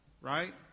Right